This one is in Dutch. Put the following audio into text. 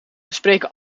spreken